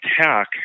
attack